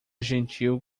gentil